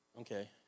Okay